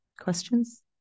questions